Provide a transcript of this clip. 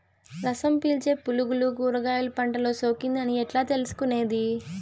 రసం పీల్చే పులుగులు కూరగాయలు పంటలో సోకింది అని ఎట్లా తెలుసుకునేది?